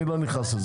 אני לא נכנס לזה.